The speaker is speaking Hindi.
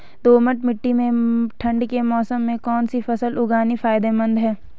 दोमट्ट मिट्टी में ठंड के मौसम में कौन सी फसल उगानी फायदेमंद है?